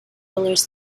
rulers